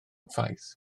ffaith